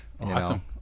Awesome